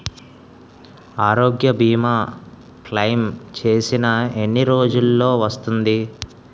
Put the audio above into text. ఆరోగ్య భీమా క్లైమ్ చేసిన ఎన్ని రోజ్జులో వస్తుంది?